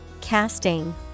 casting